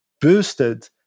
boosted